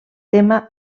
tema